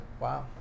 Wow